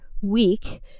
week